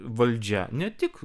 valdžia ne tik